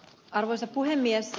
arvoisa puhemies